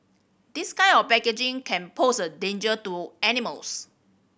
this kind of packaging can pose a danger to animals